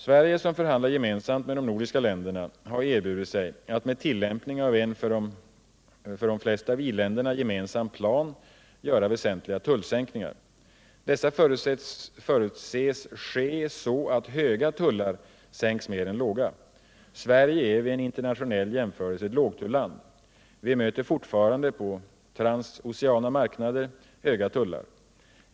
Sverige, som förhandlar gemensamt med de nordiska länderna, har erbjudit sig att med tillämpning av en för de flesta av i-länderna gemensam plan göra väsentliga tullsänkningar. Dessa förutses ske så att höga tullar sänks mer än låga. Sverige är vid en internationell jämförelse ett lågtulland. Vi möter fortfarande på transoceana marknader höga tullar.